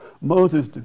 Moses